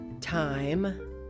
time